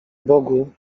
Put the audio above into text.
bogu